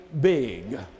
big